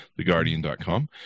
TheGuardian.com